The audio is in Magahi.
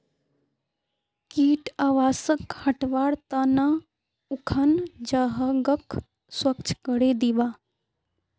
कीट आवासक हटव्वार त न उखन जगहक स्वच्छ करे दीबा